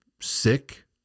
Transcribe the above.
sick